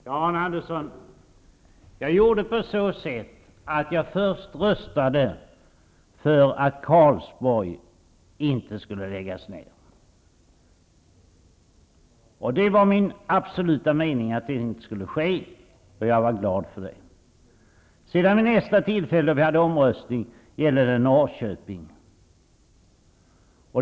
Herr talman! Jag gjorde på så sätt, Arne Andersson, att jag först röstade för att Karlsborg inte skulle läggas ned. Det var min absoluta mening att det inte skulle ske. Jag var glad för det. Norrköping.